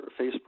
Facebook